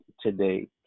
today